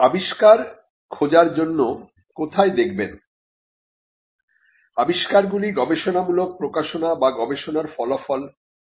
আবিষ্কারগুলি গবেষণামূলক প্রকাশনা বা গবেষণার ফলাফল হতে পারে